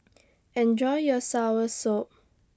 Enjoy your Soursop